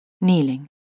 kneeling